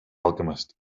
alchemist